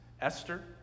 Esther